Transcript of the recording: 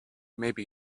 maybe